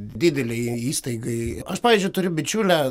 didelei įstaigai aš pavyzdžiui turiu bičiulę